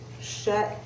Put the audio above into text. shut